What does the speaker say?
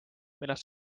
milles